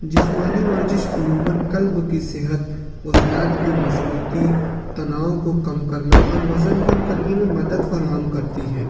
جسمانی ورزش عموماً قلب کی صحت عزلات کی مضبوطی تناؤ کو کم کرنا اور وزن کم کرنے میں مدد فراہم کرتی ہے